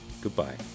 goodbye